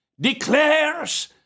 declares